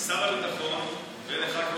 לשר הביטחון ולך,